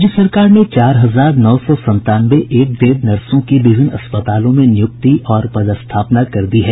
राज्य सरकार ने चार हजार नौ सौ संतानवे ए ग्रेड नर्सो की विभिन्न अस्पतालों में नियुक्ति और पदस्थापना कर दी है